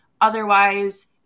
Otherwise